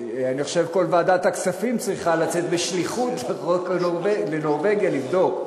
אני חושב שכל ועדת הכספים צריכה לצאת בשליחות לנורבגיה לבדוק,